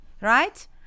right